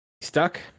stuck